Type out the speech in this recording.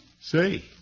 Say